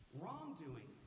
wrongdoing